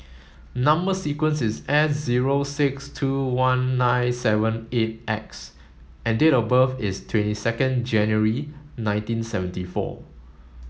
number sequence is S zero six two one nine seven eight X and date of birth is twenty second January nineteen seventy four